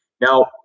Now